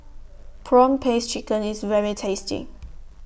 Prawn Paste Chicken IS very tasty